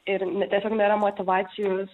ir ne tiesiog nėra motyvacijos